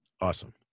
Awesome